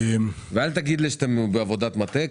אל תגיד לי שאתם בעבודת מטה,